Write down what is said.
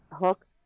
Hook